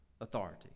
authority